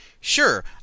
Sure